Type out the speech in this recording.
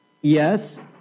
Yes